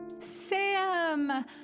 Sam